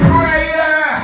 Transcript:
Prayer